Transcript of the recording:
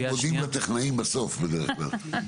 אנחנו מודים לטכנאים בסוף בדרך כלל.